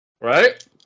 Right